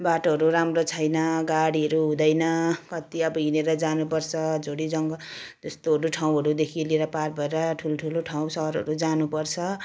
बाटोहरू राम्रो छैन गाडीहरू हुँदैन कति अब हिडेर जानु पर्छ झोडी जङ्गल त्यस्तोहरू ठाउँहरूदेखि लिएर पार भएर ठुल्ठुलो ठाउँ सहरहरू जानु पर्छ